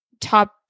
top